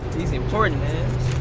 these important man.